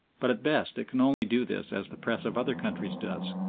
but at best it can only do this as the press of other countries does,